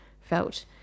felt